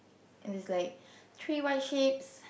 and it's like three white sheeps